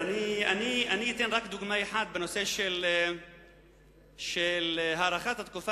אני אתן רק דוגמה אחת בנושא של הארכת התקופה